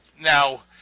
now